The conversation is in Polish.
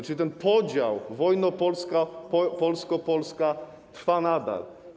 Czyli ten podział, wojna polsko-polska trwa nadal.